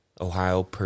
Ohio